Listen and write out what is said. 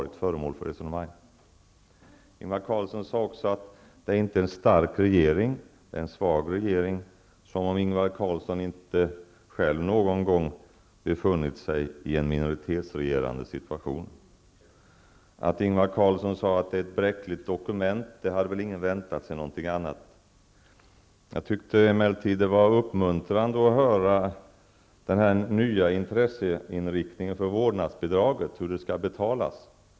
Ingvar Carlsson sade också att det inte är en stark utan en svag regering -- som om Ingvar Carlsson inte själv någon gång hade befunnit sig i en minoritetsregerande situation. Han sade vidare att regeringsförklaringen är ett bräckligt dokument, och ingen hade väl väntat sig någonting annat. Det var emellertid uppmuntrande att höra det nya intresset för hur vårdnadsbidraget skall betalas.